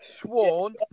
sworn